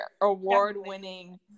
award-winning